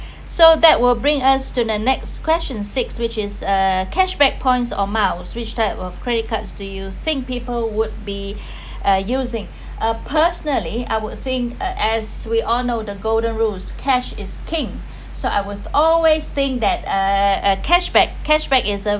so that will bring us to the next question six which is uh cashback points amount which type of credit cards do you think people would be uh using uh personally I would think uh as we all know the golden rules cash is king so I was always think that uh a cashback cashback is a